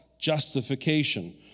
justification